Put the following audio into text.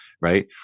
Right